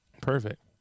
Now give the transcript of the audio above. Perfect